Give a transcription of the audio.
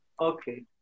Okay